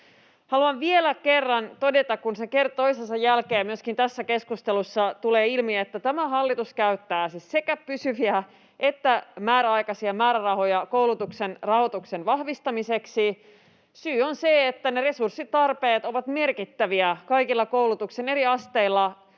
Haluan vielä kerran todeta, kun se kerta toisensa jälkeen myöskin tässä keskustelussa tulee ilmi: Tämä hallitus käyttää siis sekä pysyviä että määräaikaisia määrärahoja koulutuksen rahoituksen vahvistamiseksi. Syy on se, että ne resurssitarpeet ovat merkittäviä kaikilla koulutuksen eri asteilla